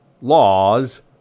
laws